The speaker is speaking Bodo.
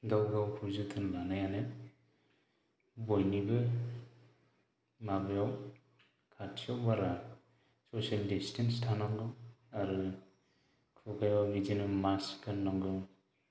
गाव गावखौ जोथोन लानायानो बयनिबो माबायाव खाथिआव बारा ससेल डिस्टेन्स थानांगौ आरो खुगायाव बिदिनो मास्क गाननांगौ